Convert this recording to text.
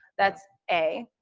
that's a.